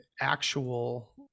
actual